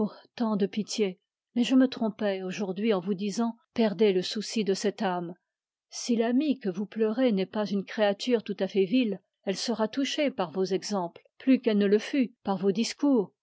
tant de pitié mais je me trompais aujourd'hui en vous disant perdez le souci de cette âme si l'amie que vous pleurez n'est pas une créature tout à fait vile elle sera touchée par vos exemples plus qu'elle ne le fut par vos discours